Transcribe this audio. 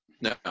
No